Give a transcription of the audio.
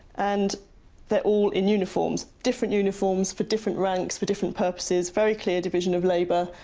and they're all in uniforms, different uniforms for different ranks, for different purposes, very clear division of labour,